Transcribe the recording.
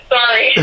Sorry